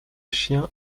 chien